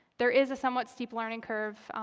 there is a somewhat steep learning curve